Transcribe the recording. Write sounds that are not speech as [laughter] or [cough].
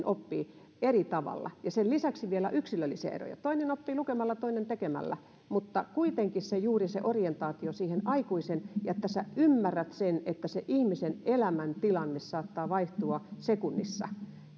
[unintelligible] oppii eri tavalla sen lisäksi vielä on yksilöllisiä eroja toinen oppii lukemalla toinen tekemällä mutta kuitenkin juuri se orientaatio siihen aikuiseen ja että ymmärtää sen että sen ihmisen elämäntilanne saattaa vaihtua sekunnissa